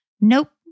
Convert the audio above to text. nope